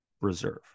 reserve